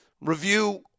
review